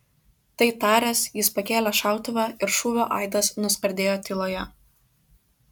tai taręs jis pakėlė šautuvą ir šūvio aidas nuskardėjo tyloje